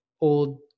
old